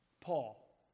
Paul